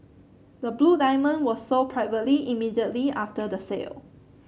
the blue diamond was sold privately immediately after the sale